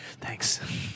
Thanks